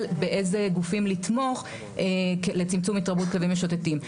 באיזה גופים לתמוך לצמצם התרבות כלבים משוטטים.